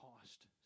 cost